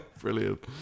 Brilliant